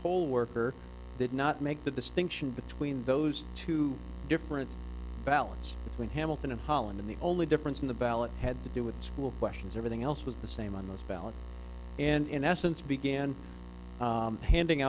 poll worker did not make the distinction between those two different balance between hamilton and holland in the only difference in the ballot had to do with school questions everything else was the same on this ballot and in essence began handing